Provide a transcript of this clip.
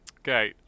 Okay